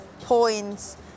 points